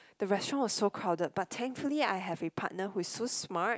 the restaurant was so crowded but thankfully I have a partner who is so smart